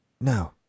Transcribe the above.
No